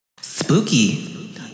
Spooky